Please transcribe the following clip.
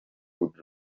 good